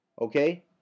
Okay